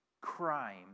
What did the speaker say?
crime